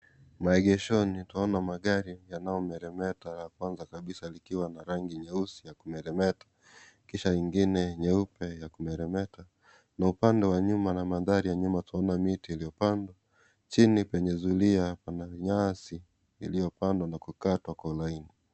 Maegesho twaona magari yanayomeremeta la kwanza kabisa likiwa na rangi nyeusi ya kumeremeta kisha ingine nyeupe ya kumeremeta na upande wa nyuma na mandhari ya nyuma twaona miti iliyopandwa, chini kwenye zulia hapa kuna nyasi iliyopandwa na kukatwa kwa ulaini.